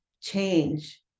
change